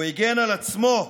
הוא הגן על עצמו במעשהו,